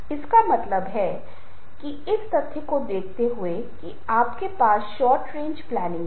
और इसलिए जब आप इसे विभिन्न श्रेणियों के दर्शकों के साथ जोड़ते हैं तो अर्थ अपेक्षाएं झुकाव और दृष्टिकोण बदल जाते हैं